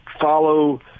follow